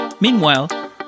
Meanwhile